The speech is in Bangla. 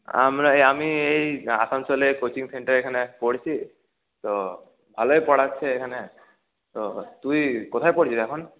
আমরা আমি এই আসানসোলের কোচিং সেন্টারে এইখানে পড়ছি তো ভালোই পড়াচ্ছে এখানে তো তুই কোথায় পড়িস এখন